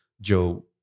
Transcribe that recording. joe